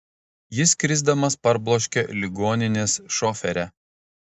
jis krisdamas parbloškė ligoninės šoferę